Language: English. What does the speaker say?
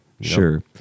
Sure